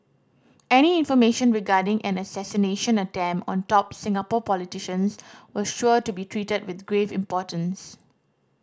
any information regarding an assassination attempt on top Singapore politicians was sure to be treated with grave importance